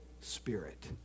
spirit